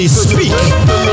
Speak